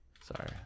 Sorry